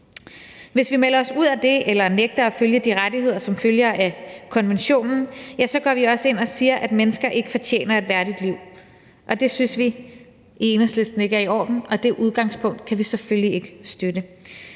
Hvis vi melder os ud af det eller nægter at følge de rettigheder, som følger af konventionen, går vi også ind og siger, at mennesker ikke fortjener et værdigt liv. Det synes vi i Enhedslisten ikke er i orden, og det udgangspunkt kan vi selvfølgelig ikke støtte.